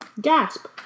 Gasp